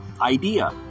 idea